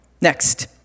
Next